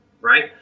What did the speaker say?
right